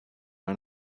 ran